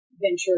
venture